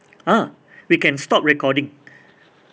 ah we can stop recording